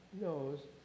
knows